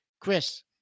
Chris